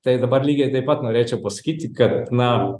tai dabar lygiai taip pat norėčiau pasakyti kad na